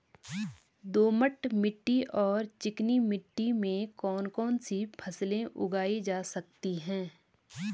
दोमट मिट्टी और चिकनी मिट्टी में कौन कौन सी फसलें उगाई जा सकती हैं?